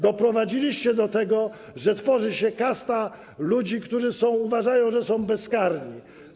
Doprowadziliście do tego, że tworzy się kastę ludzi, którzy uważają, że są bezkarni.